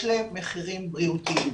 יש לזה מחיר בריאותי.